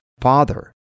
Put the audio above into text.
Father